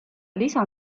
lisa